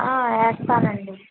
వేస్తారండీ